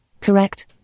Correct